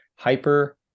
Hyper